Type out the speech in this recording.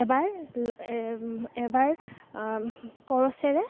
এবাৰ এবাৰ কৰচেৰে